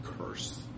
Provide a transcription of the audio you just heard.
curse